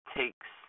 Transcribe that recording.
takes